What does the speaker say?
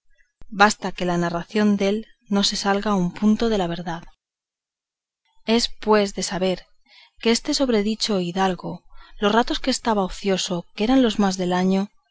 basta que en la narración dél no se salga un punto de la verdad es pues de saber que este sobredicho hidalgo los ratos que estaba ocioso que eran los más del año